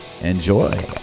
enjoy